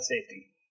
safety